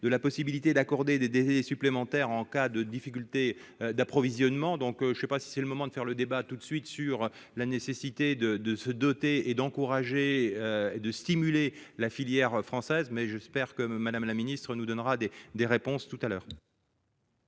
de la possibilité d'accorder des délais supplémentaires en cas de difficultés d'approvisionnement, donc je ne sais pas si c'est le moment de faire le débat tout de suite sur la nécessité de de se doter et d'encourager et de stimuler la filière française mais j'espère que Madame la ministre, nous donnera des des réponses tout à l'heure.